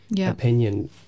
opinion